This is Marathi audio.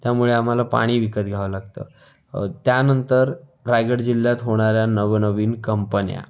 त्यामुळे आम्हाला पाणी विकत घ्यावं लागतं त्यांनतर रायगड जिल्ह्यात होणाऱ्या नवनवीन कंपन्या